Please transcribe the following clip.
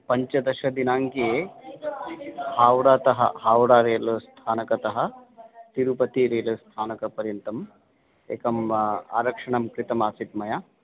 पञ्चदशदिनाङ्के हाव्डातः हाव्डा रेल् स्थानकतः तिरुपति रेल् स्थानकपर्यन्तम् एकम् आरक्षणं कृतमासीत् मया